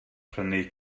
prynu